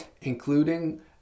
including